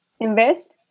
invest